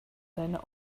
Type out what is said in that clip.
seine